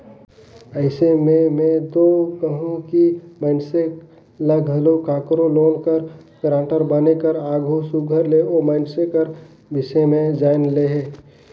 अइसे में में दो कहूं कि मइनसे ल घलो काकरो लोन कर गारंटर बने कर आघु सुग्घर ले ओ मइनसे कर बिसे में जाएन लेहे